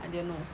I didn't know